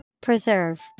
Preserve